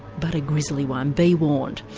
but a grizzly one. be warned.